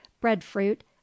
breadfruit